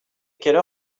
quelle